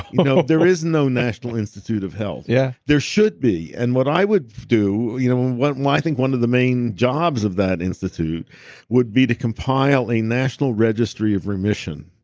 there is no national institute of health yeah there should be and what i would do, you know what i think one of the main jobs of that institute would be to compile a national registry of remission,